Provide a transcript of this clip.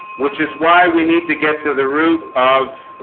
which is why we need to get to the root of